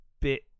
bit